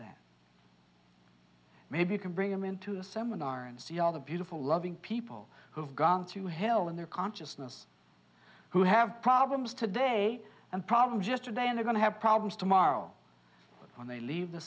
that maybe you can bring him into the seminar and see all the beautiful loving people who have gone to hell in their consciousness who have problems today and probably just today and are going to have problems tomorrow when they leave the